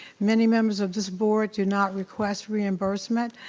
many members of this board do not request reimbursement.